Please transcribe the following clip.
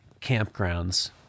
campgrounds